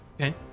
Okay